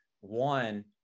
One